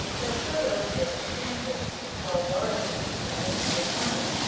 that toto was in kansas while dorothy was in california,